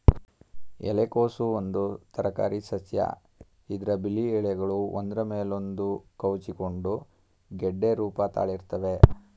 ಎಲೆಕೋಸು ಒಂದು ತರಕಾರಿಸಸ್ಯ ಇದ್ರ ಬಿಳಿ ಎಲೆಗಳು ಒಂದ್ರ ಮೇಲೊಂದು ಕವುಚಿಕೊಂಡು ಗೆಡ್ಡೆ ರೂಪ ತಾಳಿರ್ತವೆ